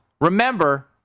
remember